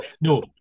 No